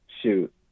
shoot